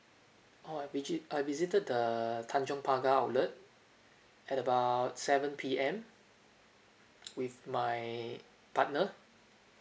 orh I visit I visited the tanjong pagar outlet at about seven P_M with my partner